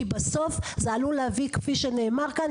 כי בסוף זה עלול להביא כפי שנאמר כאן,